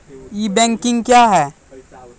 ई banking क्या हैं?